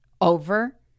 over